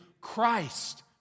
Christ